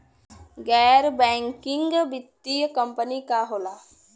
गैर बैकिंग वित्तीय कंपनी का होला?